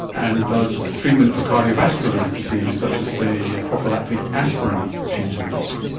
and does treatment for cardiovascular disease such as, say, prophylactic aspirin, change the risk?